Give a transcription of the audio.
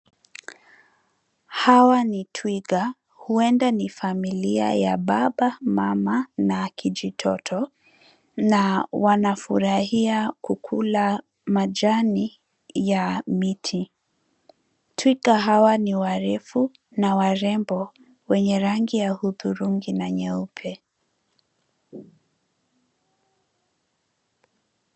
Hawa ni twiga huenda ni familia ya baba, mama na kijitoto, na wanafurahia kukula majani ya miti. Twiga hawa ni warefu na warembo wenye rangi ya hudhurungi na nyeupe.